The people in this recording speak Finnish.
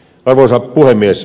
arvoisa puhemies